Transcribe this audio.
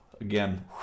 again